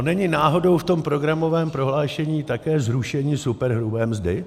Není náhodou v tom programovém prohlášení také zrušení superhrubé mzdy?